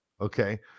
Okay